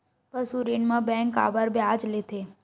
पशु ऋण म बैंक काबर ब्याज लेथे?